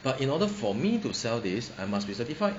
but in order for me to sell this I must be certified